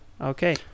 Okay